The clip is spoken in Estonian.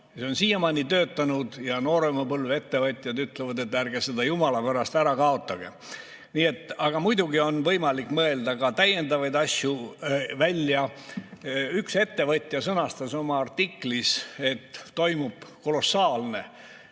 See on siiamaani töötanud ja noorema põlve ettevõtjad ütlevad, et ärge seda jumala pärast ära kaotage. Aga muidugi on võimalik mõelda ka täiendavaid asju välja. Üks ettevõtja sõnastas oma artiklis, et toimub kolossaalne